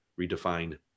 redefine